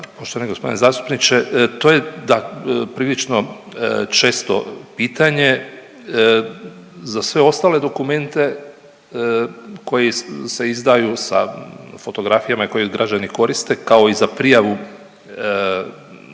poštovani g. zastupniče. To je, da, prilično često pitanje. Za sve ostale dokumente koji se izdaju sa fotografijama i koje građani koriste, kao i za prijavu